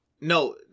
No